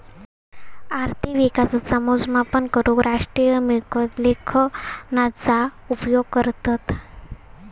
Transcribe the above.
अर्थिक विकासाचा मोजमाप करूक राष्ट्रीय मिळकत लेखांकनाचा उपयोग करतत